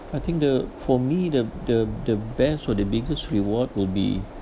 I think the for me the the the best or the biggest reward will be